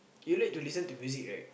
you need to listen to music right